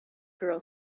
girl